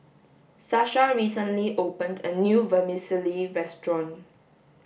Sasha recently opened a new vermicelli restaurant